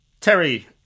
Terry